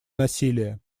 насилия